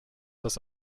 das